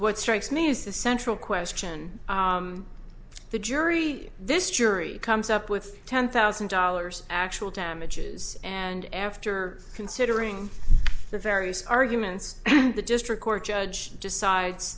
what strikes me is the central question the jury this jury comes up with ten thousand dollars actual damages and after considering the various arguments the district court judge decides